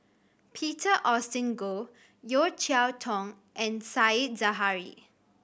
Peter Augustine Goh Yeo Cheow Tong and Said Zahari